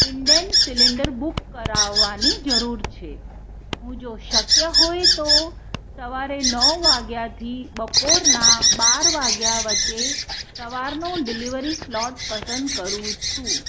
Indane cylinder book કરાવવાની જરુર છે હું જો શક્ય હોયે તો સવારે નવ વાગ્યાથી બપોરના બાર વાગ્યા વચ્ચે સવારનો ડિલિવરી સ્લોટ પસંદ કરું છું